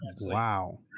Wow